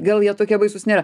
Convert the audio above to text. gal jie tokie baisūs nėra